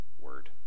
word